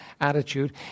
attitude